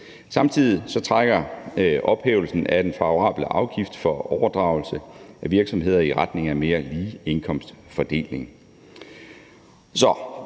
Samtidig trækker ophævelsen af den favorable afgift for overdragelse af virksomheder i retning af en mere lige indkomstfordeling.